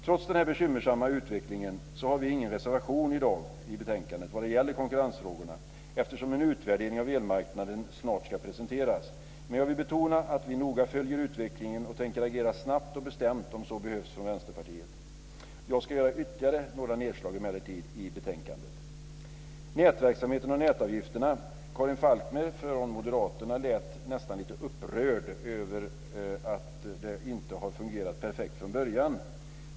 Trots denna bekymmersamma utveckling har vi ingen reservation i betänkandet i dag när det gäller konkurrensfrågorna, eftersom en utvärdering av elmarknaden snart ska presenteras. Men jag vill betona att vi i Vänsterpartiet noga följer utvecklingen och tänker agera snabbt och bestämt om så behövs. Jag ska göra några ytterligare nedslag i betänkandet. Vad gäller nätverksamheten och nätavgifterna lät Karin Falkmer från Moderaterna nästan lite upprörd över att detta inte har fungerat perfekt från början.